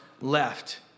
left